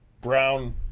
Brown